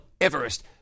Everest